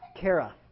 Kara